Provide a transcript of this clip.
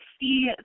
see